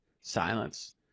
silence